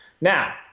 Now